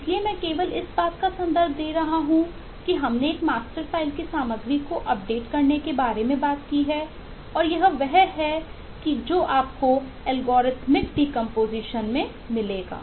इसलिए मैं केवल इस बात का संदर्भ दे रहा हूं कि हमने एक मास्टर फ़ाइल की सामग्री को अपडेट करने के बारे में बात की है और यह वह है जो आपको एल्गोरिथम डीकंपोजीशन में मिलेगा